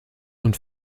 und